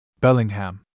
Bellingham